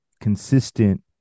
consistent